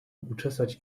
uczesać